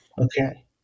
Okay